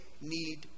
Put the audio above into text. need